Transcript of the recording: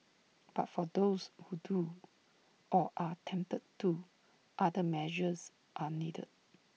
but for those who do or are tempted to other measures are needed